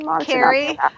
Carrie